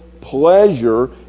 pleasure